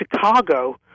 Chicago